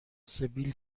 سیبیل